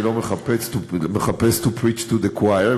אני לא מחפש to preach to the choir.